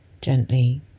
gently